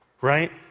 Right